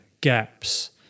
gaps